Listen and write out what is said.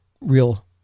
real